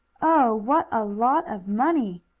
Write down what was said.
oh, what a lot of money!